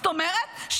זאת אומרת,